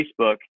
Facebook